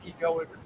egoic